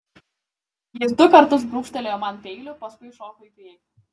jis du kartus brūkštelėjo man peiliu paskui šoko į priekį